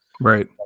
Right